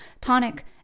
tonic